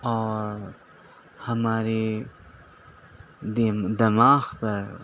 اور ہمارے دماغ پر